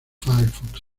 firefox